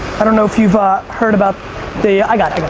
i don't know if you've ah heard about the, i got